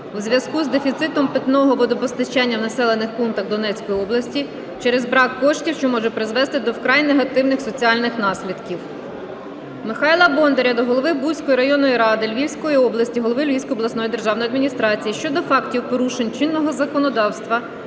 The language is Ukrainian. у зв'язку з дефіцитом питного водопостачання в населених пунктах Донецької області через брак коштів, що може призвести до вкрай негативних соціальних наслідків. Михайла Бондаря до голови Буської районної ради Львівської області, голови Львівської обласної державної адміністрації щодо фактів порушень чинного законодавства